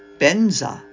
benza